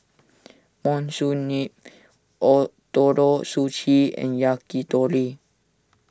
Monsunabe Ootoro Sushi and Yakitori